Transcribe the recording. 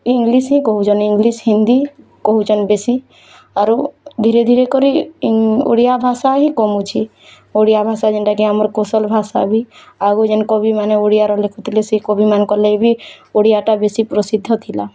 English ହିଁ କହୁଛନ୍ English Hindi କହୁଛନ୍ ବେଶୀ ଆରୁ ଧୀରେ ଧୀରେ କରି ଓଡ଼ିଆ ଭାଷା ହିଁ କମୁଚି ଓଡ଼ିଆ ଭାଷା ଯେନ୍ତା କି ଆମର୍ କୋଶଲ ଭାଷାବି ଆଗ୍ରୁ ଯେନ୍ କବିମାନେ ଓଡ଼ିଆର ଲେଖୁଥିଲେ ସେ କବିମାନଙ୍କର୍ ଲାଗିବି ଓଡ଼ିଆଟା ବେଶୀ ପ୍ରସିଦ୍ଧ ଥିଲା